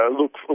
look